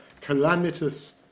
calamitous